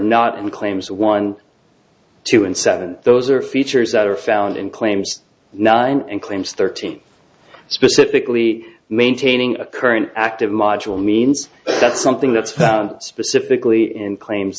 not in claims one two and seven those are features that are found in claims nine and claims thirteen specifically maintaining a current active module means that something that's found specifically in claims